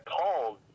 called